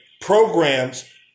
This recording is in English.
programs